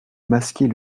masquer